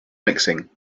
mixing